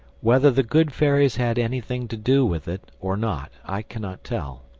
whether the good fairies had anything to do with it or not i cannot tell,